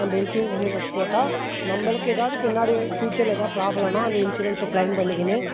நம்ம health insurance போட்டா நம்மளுக்கு எதாவது பின்னாடி ஃபியூச்சரில் எதாவது ப்ராப்ளம்னா அந்த இன்சூரன்ஸ் க்ளைம் பண்ணிக்கினு